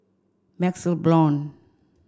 MaxLe Blond